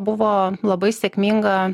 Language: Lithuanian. buvo labai sėkminga